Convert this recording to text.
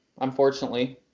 unfortunately